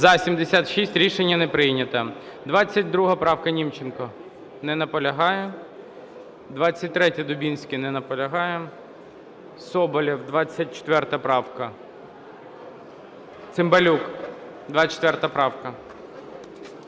За-77 Рішення не прийнято.